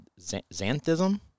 xanthism